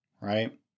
right